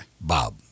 Bob